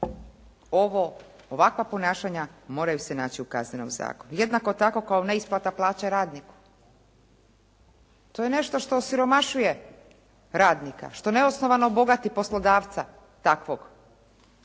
ovo ovakva ponašanja moraju se naći u Kaznenom zakonu. Jednako tako kao neisplata plaća radniku. To je nešto što osiromašuje radnika, što neosnovano bogati poslodavca takvog.